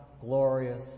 glorious